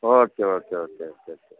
okay okay okay okay okay